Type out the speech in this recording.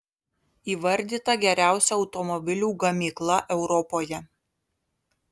įvardyta geriausia automobilių gamykla europoje